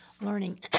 learning